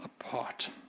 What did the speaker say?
apart